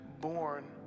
born